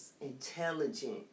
intelligent